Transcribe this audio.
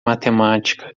matemática